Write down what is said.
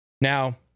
Now